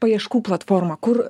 paieškų platformą kur